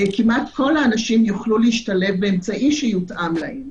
כמעט כל האנשים, יוכלו להשתלב באמצעי שיותאם להם.